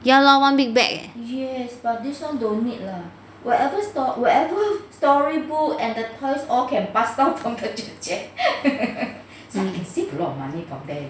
ya lor one big bag eh